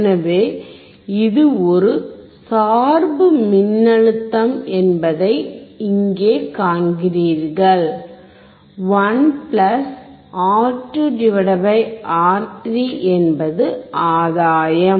எனவே இது ஒரு சார்பு மின்னழுத்தம் என்பதை இங்கே காண்கிறீர்கள் 1 R2 R3 என்பது ஆதாயம்